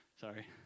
Sorry